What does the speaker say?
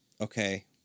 Okay